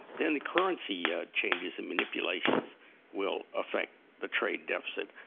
then the currency yeah changes and manipulations will affect the trade deficit.